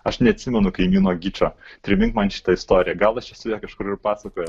aš neatsimenu kaimyno gyčio primink man šitą istoriją gal aš esu ją kažkur ir pasakojęs